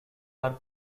are